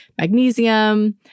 magnesium